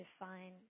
define